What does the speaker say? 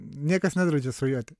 niekas nedraudžia svajoti